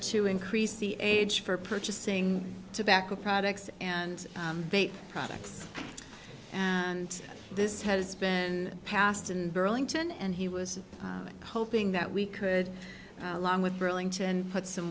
to increase the age for purchasing tobacco products and products and this has been passed in burlington and he was hoping that we could along with burlington put some